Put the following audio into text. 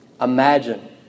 Imagine